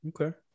Okay